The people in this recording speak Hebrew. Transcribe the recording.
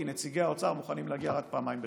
כי נציגי האוצר מוכנים להגיע רק פעמיים בשבוע.